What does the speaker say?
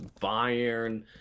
Bayern